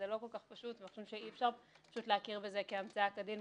זה לא כל כך פשוט משום שאי אפשר פשוט להכיר בזה כהמצאה כדין,